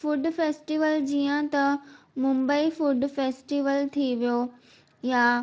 food festival जीअं त Mumbai food festival थी वियो या